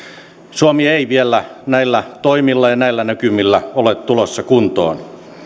suomi ei vielä näillä toimilla ja näillä näkymillä ole tulossa kuntoon